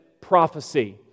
prophecy